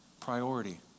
priority